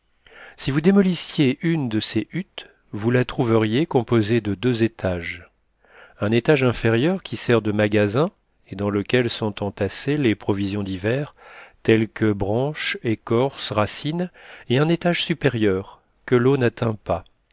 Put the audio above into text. si vous démolissiez une de ces huttes vous la trouveriez composée de deux étages un étage inférieur qui sert de magasin et dans lequel sont entassées les provisions d'hiver telles que branches écorces racines et un étage supérieur que l'eau n'atteint pas